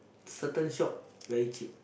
certain shop very cheap